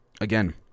Again